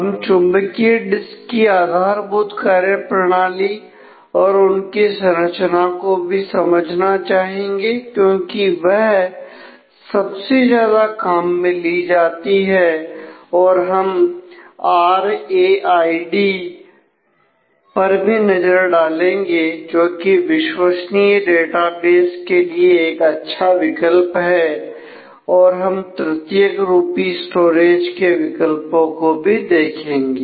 हम चुंबकीय डिस्क की आधारभूत कार्य प्रणाली और उनकी संरचना भी समझना चाहेंगे क्योंकि वह सबसे ज्यादा काम में ली जाती है और हम आरएआईडी पर भी नजर डालेंगे जोकि विश्वसनीय डेटाबेस के लिए एक अच्छा विकल्प है और हम तृतीयक रूपी स्टोरेज के विकल्पों को भी देखेंगे